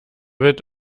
wird